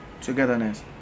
togetherness